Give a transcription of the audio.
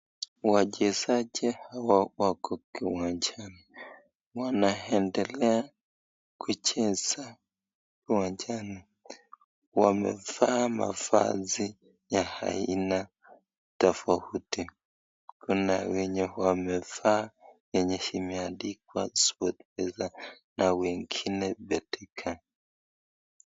Wachezaji hawa wako kiwanjani wanaendelea kucheza uwanjani, wamevaa mavazi ya aina tofauti kuna wenye wamevaa nyenye imeandikwa sportpesa na wengine betika .